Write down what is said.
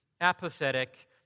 apathetic